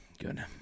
Good